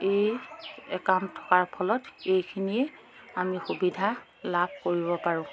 এই একাউণ্ট থকাৰ ফলত এইখিনিয়ে আমি সুবিধা লাভ কৰিব পাৰোঁ